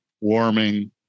warming